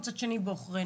ומצד אחר היא בעוכרנו.